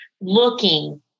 looking